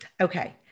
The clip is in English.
Okay